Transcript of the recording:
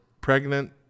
pregnant